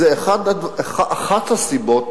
זו אחת הסיבות,